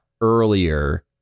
earlier